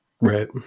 Right